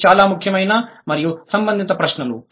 ఇవి చాలా ముఖ్యమైన మరియు సంబంధిత ప్రశ్నలు